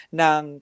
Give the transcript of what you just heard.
ng